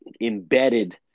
embedded